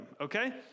Okay